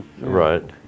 Right